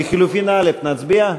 לחלופין (א), נצביע?